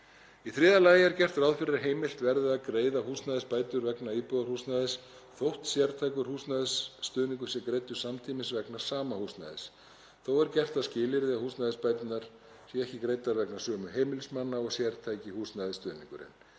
Í þriðja lagi er gert ráð fyrir að heimilt verði að greiða húsnæðisbætur vegna íbúðarhúsnæðis þótt sértækur húsnæðisstuðningur sé greiddur samtímis vegna sama húsnæðis. Þó er gert að skilyrði að húsnæðisbæturnar séu ekki greiddar vegna sömu heimilismanna og sértæki húsnæðisstuðningurinn.